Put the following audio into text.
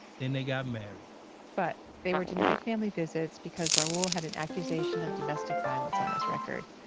then they got married but they were denied family visits because raul had an accusation of domestic violence on his record,